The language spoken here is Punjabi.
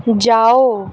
ਜਾਓ